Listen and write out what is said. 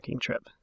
trip